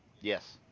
Yes